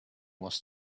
was